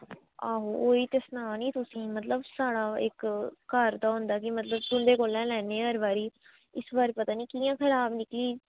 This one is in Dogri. आहो ओह् हीं ते सनानी कि तुसें मतलब साढ़ा इक घर दा होंदा मतलब तुंदे कोला लैनियां इस बारी पता नीं कियां खराब निकली